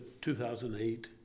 2008